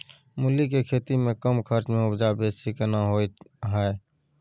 मूली के खेती में कम खर्च में उपजा बेसी केना होय है?